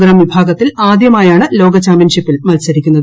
ഗ്രാംവിഭാഗത്തിൽ ആദ്യമായാണ് ലോകചാമ്പ്യൻഷിപ്പിൽ മത്സരിക്കുന്നത്